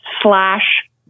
slash